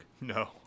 No